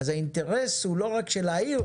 אז האינטרס הוא לא רק של העיר,